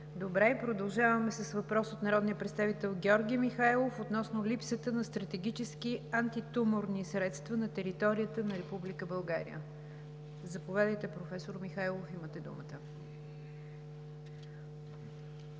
Продължаваме с въпрос от народния представител Георги Михайлов относно липсата на стратегически антитуморни средства на територията на Република България. Заповядайте, професор Михайлов, имате думата.